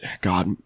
God